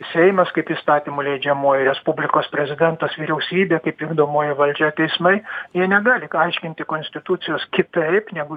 seimas kaip įstatymų leidžiamoji respublikos prezidentas vyriausybė kaip vykdomoji valdžia teismai jie negali aiškinti konstitucijos kitaip negu